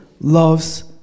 loves